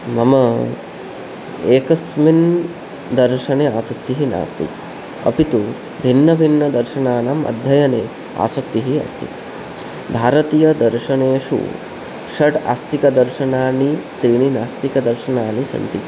मम एकस्मिन् दर्शने आसक्तिः नास्ति अपि तु भिन्नभिन्नदर्शनानाम् अध्ययने आसक्तिः अस्ति भारतीयदर्शनेषु षड् आस्तिकदर्शनानि त्रीणि नास्तिकदर्शनानि सन्ति